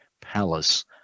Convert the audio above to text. palace